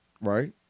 right